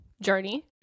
journey